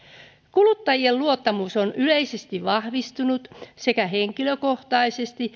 kuluttajien luottamus on yleisesti vahvistunut sekä henkilökohtaiseen